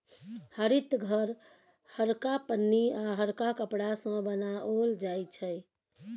हरित घर हरका पन्नी आ हरका कपड़ा सँ बनाओल जाइ छै